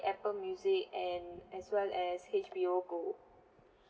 apple music and as well as H_B_O gold